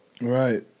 right